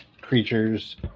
Creatures